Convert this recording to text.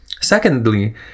Secondly